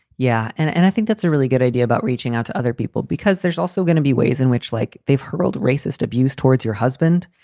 yeah. and and i think that's a really good idea about reaching out to other people, because there's also gonna be ways in which, like, they've hurled racist abuse towards your husband.